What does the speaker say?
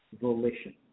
volition